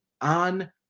on